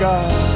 God